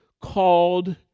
called